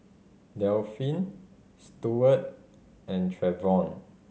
Delphin Steward and Trevion